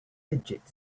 fidget